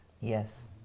yes